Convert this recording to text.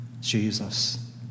Jesus